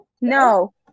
No